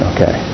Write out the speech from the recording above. Okay